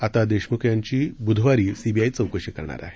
आता देशमुख यांची बुधवारी सीबीआय चौकशी करणार आहे